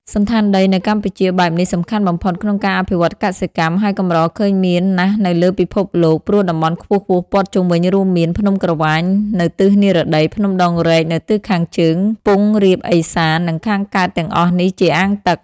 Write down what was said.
សណ្ឋានដីនៅកម្ពុជាបែបនេះសំខាន់បំផុតក្នុងការអភិវឌ្ឍន៍កសិកម្ម ហើយកម្រឃើញមានណាស់នៅលើពិភពលោក ព្រោះតំបន់ខ្ពស់ៗព័ទ្ធជំវិញរួមមាន ភ្នំក្រវាញ នៅទិសនិរតី ភ្នំដងរែកនៅទិសខាងជើងខ្ពង់រាបឦសាន និងខាងកើតទាំងអស់នេះជាអាងទឹក។